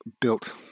built